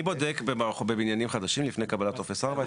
בודק בבניינים חדשים לפני קבלת טופס 4?